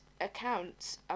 accounts